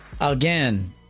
Again